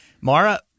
Mara